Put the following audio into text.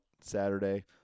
Saturday